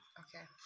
okay